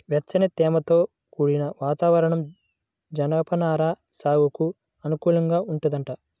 వెచ్చని, తేమతో కూడిన వాతావరణం జనపనార సాగుకు అనువుగా ఉంటదంట